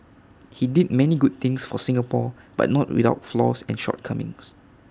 he did many good things for Singapore but not without flaws and shortcomings